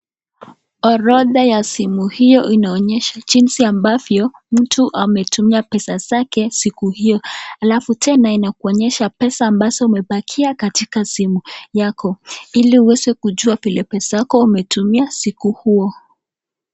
Orodha ya simu hiyo inaonyesha jinsi ambavyo mtu ametumia pesa zake siku hiyo alafu tena inakuonyesha pesa ambazo imebakia katika simu yako ili uweze kujua vile pesa yako umetumia siku huo.